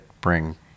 bring